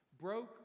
broke